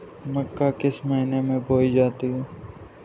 मक्का किस महीने में बोई जाती है?